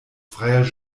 freier